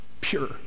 pure